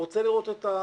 הוא רוצה לראות את האישור.